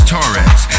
Torres